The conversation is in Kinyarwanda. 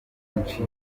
byinshi